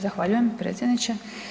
Zahvaljujem predsjedniče.